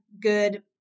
good